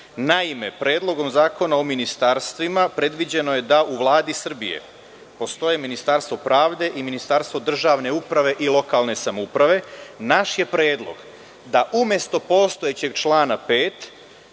5.Naime, Predlogom Zakona o ministarstvima predviđeno je da u Vladi Srbije postoji Ministarstvo pravde i Ministarstvo državne uprave i lokalne samouprave. Naš je predlog da umesto postojećeg člana 5.